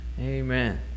Amen